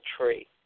tree